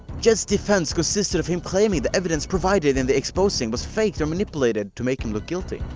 jeds defense consisted of him claiming the evidence provided in the exposing was faked or manipulated to make him look guilty.